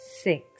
six